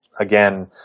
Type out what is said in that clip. again